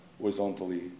horizontally